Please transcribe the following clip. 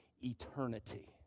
eternity